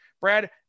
Brad